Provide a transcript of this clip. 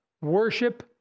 worship